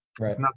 Right